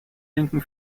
linken